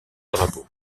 drapeau